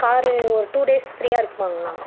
car ஒரு two days ஃப்ரீயாக இருக்குமாங்ண்ணா